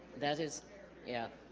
that is yeah